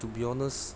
to be honest